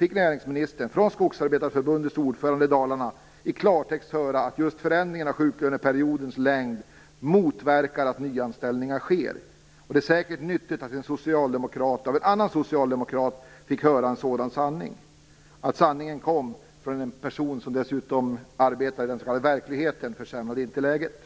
Näringsministern fick då från Skogsarbetareförbundets ordförande i Dalarna i klartext höra att just förändringen av sjuklöneperiodens längd "motverkar att nyanställningar sker". Det var säkert nyttigt att en socialdemokrat - av en annan socialdemokrat - fick höra en sådan sanning. Att sanningen kom från en person som dessutom arbetar ute i den s.k. verkligheten försämrade inte läget.